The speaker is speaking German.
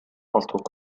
ausdruck